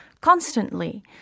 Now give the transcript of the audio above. constantly